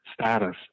status